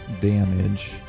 damage